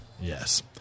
Yes